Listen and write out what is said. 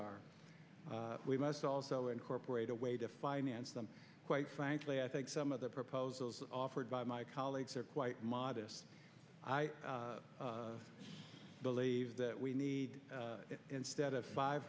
are we must also incorporate a way to finance them quite frankly i think some of the proposals offered by my colleagues are quite modest i believe that we need instead of five